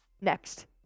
next